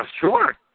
Sure